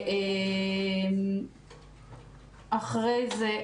אחרי זה,